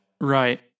Right